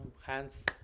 Hands